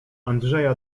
andrzeja